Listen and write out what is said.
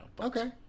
Okay